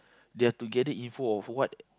they have to gather info of what